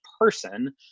person